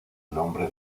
nombre